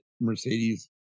Mercedes